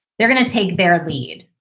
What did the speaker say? they're going to take their lead.